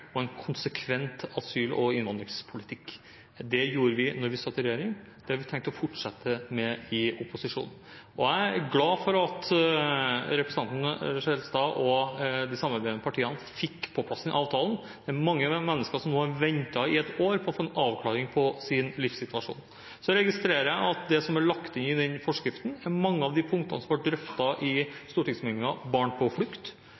rettferdig og konsekvent asyl- og innvandringspolitikk. Det gjorde vi da vi satt i regjering, og det har vi tenkt å fortsette med i opposisjon. Jeg er glad for at representanten Skjelstad og de samarbeidende partiene fikk på plass denne avtalen. Det er mange mennesker som har ventet i ett år på å få en avklaring av sin livssituasjon. Så registrerer jeg at det som er lagt inn i forskriften, er mange av de punktene som er drøftet i Meld. St. 27 for 2011–2012 Barn på flukt,